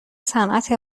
صنعت